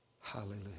hallelujah